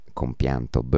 compianto